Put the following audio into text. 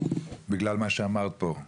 בגלל מה שאמרת פה.